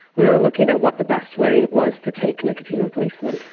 we were looking at what the best way was to take nicotine replacement.